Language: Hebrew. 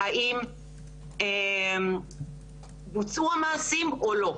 האם בוצעו המעשים או לא.